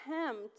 attempt